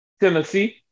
Tennessee